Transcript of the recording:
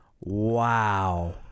Wow